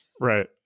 Right